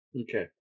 Okay